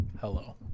Hello